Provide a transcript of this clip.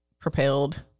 propelled